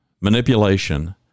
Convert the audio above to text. manipulation